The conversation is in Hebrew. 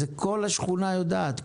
את זה כל השכונה יודעת,